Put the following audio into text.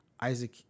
Isaac